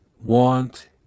want